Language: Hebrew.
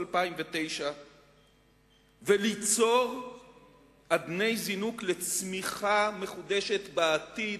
2009 וליצור אדני זינוק לצמיחה מחודשת בעתיד.